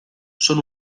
son